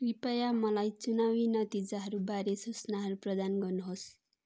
कृपया मलाई चुनावी नतिजाहरूबारे सूचनाहरू प्रदान गर्नुहोस्